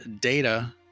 Data